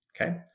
Okay